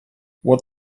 what